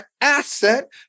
asset